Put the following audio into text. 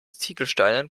ziegelsteinen